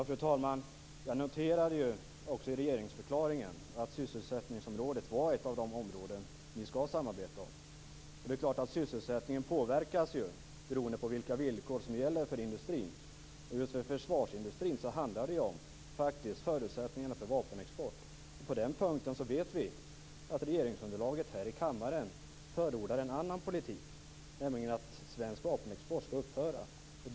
Fru talman! Jag noterade också i regeringsförklaringen att sysselsättningsområdet var ett av de områden som ni skall samarbeta om. Sysselsättningen påverkas ju beroende på vilka villkor som gäller för industrin. Just för försvarsindustrin handlar det faktiskt om förutsättningarna för vapenexport. Vi vet att regeringsunderlaget här i kammaren förordar en annan politik, nämligen att svensk vapenexport skall upphöra.